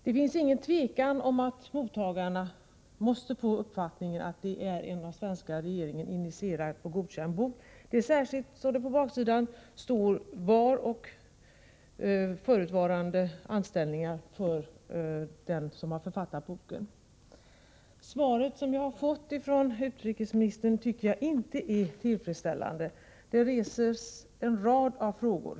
Det finns inget tvivel om att mottagarna måste få uppfattningen att det är en av svenska regeringen initierad och godkänd bok, särskilt som det på baksidan står var författaren är anställd, med förutvarande anställningar. Det svar som jag har fått från utrikesministern tycker jag inte är tillfredsställande. Det reses en rad frågor.